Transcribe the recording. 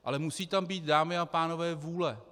Ale musí tam být, dámy a pánové, vůle.